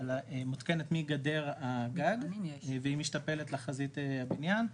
מותקנת מגדר הגג והיא משתפלת לחזית הבנין.